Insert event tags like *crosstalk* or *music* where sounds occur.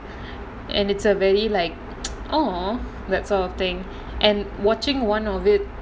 and it's a very like *noise* !aww! that sort of thing and watching one of it